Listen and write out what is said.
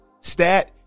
stat